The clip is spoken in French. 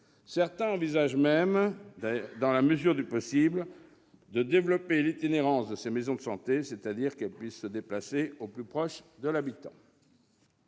Certains envisagent même, dans la mesure du possible, de développer l'itinérance de ces maisons de santé, afin qu'elles puissent se déplacer au plus près des patients.